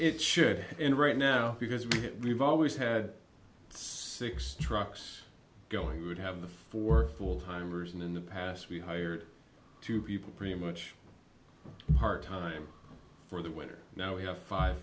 it should and right now because we've always had six trucks going we would have the four full timers and in the past we hired two people pretty much part time for the winter now we have five